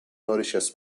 nourishes